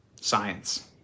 Science